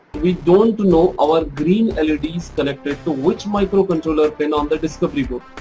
we don't know our green led is connected to which microcontroller pin on the discovery board.